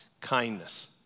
kindness